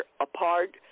apart